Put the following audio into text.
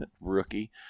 Rookie